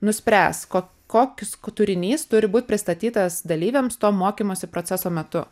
nuspręs ko kokius turinys turi būti pristatytas dalyviams to mokymosi proceso metu